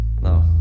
No